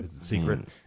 secret